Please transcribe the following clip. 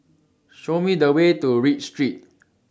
Show Me The Way to Read Street